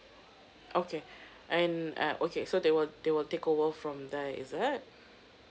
okay and uh okay so they will they will take over from there is it